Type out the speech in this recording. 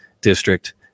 district